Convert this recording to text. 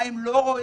מה הם לא רואים?